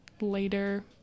later